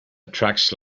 attracts